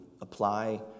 apply